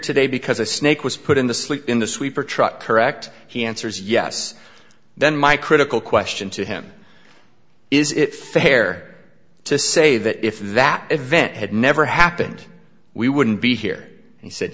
today because a snake was put in the sleep in the sweeper truck correct he answers yes then my critical question to him is it fair to say that if that event had never happened we wouldn't be here he said